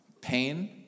pain